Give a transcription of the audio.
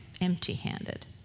empty-handed